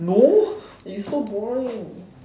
no it's so boring